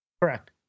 Correct